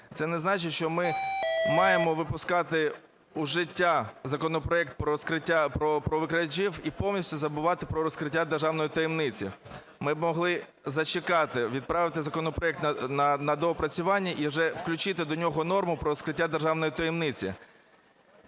це не значить, що ми маємо випускати в життя законопроект про викривачів і повністю забувати про розкриття державної таємниці. Ми б могли зачекати, відправити законопроект на доопрацювання і вже включити до нього норму про розкриття державної таємниці.